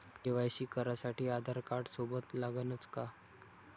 KYC करासाठी आधारकार्ड सोबत लागनच का?